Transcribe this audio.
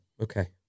okay